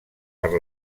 per